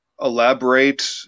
elaborate